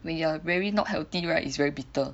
when you are very not healthy right is very bitter